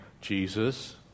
Jesus